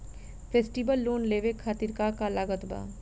Festival loan लेवे खातिर का का लागत बा?